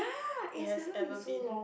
he has ever been